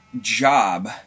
job